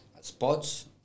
spots